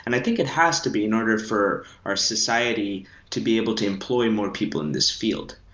and i think it has to be in order for our society to be able to employ more people in this field.